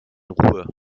ruhe